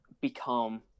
become